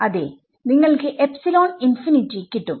അതേ നിങ്ങൾക്ക് epsilon infinity കിട്ടും